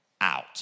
out